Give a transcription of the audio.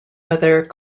whether